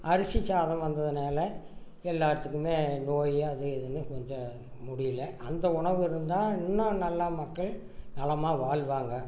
அரிசி சாதம் வந்ததனால் எல்லாத்துக்குமே நோய் அது இதுன்னு கொஞ்சம் முடியல அந்த உணவு இருந்தால் இன்னும் நல்லா மக்கள் நலமாக வாழ்வாங்க